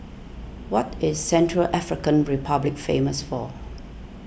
what is Central African Republic famous for